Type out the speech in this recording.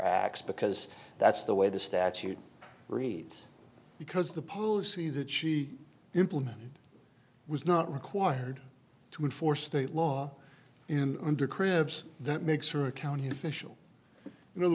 acts because that's the way the statute reads because the policy that she implement was not required to enforce state law in under cripps that makes her a county official in other